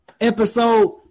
episode